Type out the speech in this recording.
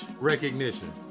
recognition